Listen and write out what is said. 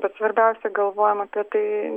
bet svarbiausia galvojam apie tai